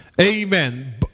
Amen